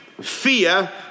fear